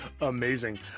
amazing